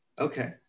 Okay